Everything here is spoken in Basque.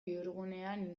bihurgunean